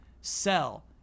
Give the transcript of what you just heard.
sell